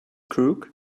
crook